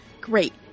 Great